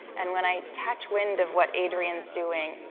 and when i catch wind of what adrian's doing,